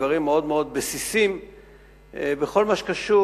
דברים מאוד מאוד בסיסיים בכל מה שקשור